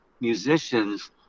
musicians